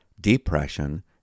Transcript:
depression